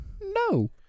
No